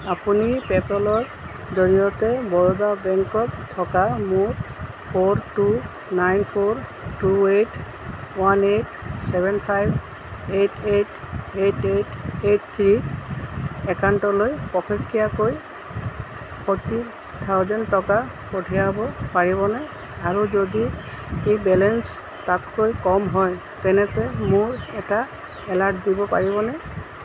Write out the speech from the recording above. আপুনি পে'পলৰ জৰিয়তে বৰোদা বেংকত থকা মোৰ four two nine four two eight one eight seven five eight eight eight eight eight three একাউণ্টলৈ পষেকীয়াকৈ ফৰ্টি থাউচেণ্ড টকা পঠিয়াব পাৰিবনে আৰু যদি বেলেঞ্চ তাতকৈ কম হয় তেন্তে মোক এটা এলাৰ্ট দিব পাৰিবনে